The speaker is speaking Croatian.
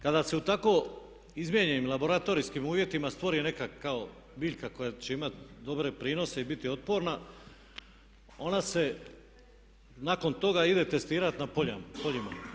Kada se u tako izmijenjenim laboratorijskim uvjetima stvori neka kao biljka koja će imati dobre prinose i biti otporna ona se nakon toga ide testirati na poljima.